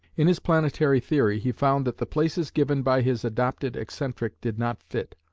in his planetary theory he found that the places given by his adopted excentric did not fit,